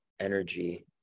energy